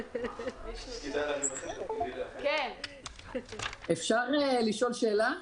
סליחה, אפשר לשאול שאלה?